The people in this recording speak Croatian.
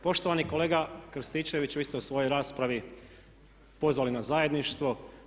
Poštovani kolega Krstičević, vi ste u svojoj raspravi pozvali na zajedništvo.